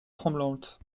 tremblante